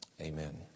Amen